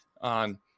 on